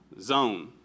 zone